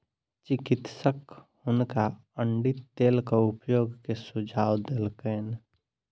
चिकित्सक हुनका अण्डी तेलक उपयोग के सुझाव देलकैन